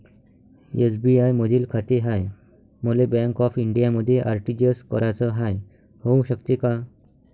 SBI मधी खाते हाय, मले बँक ऑफ इंडियामध्ये आर.टी.जी.एस कराच हाय, होऊ शकते का?